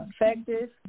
effective